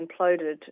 imploded